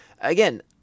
again